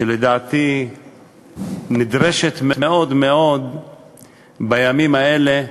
שלדעתי נדרשת מאוד מאוד בימים האלה,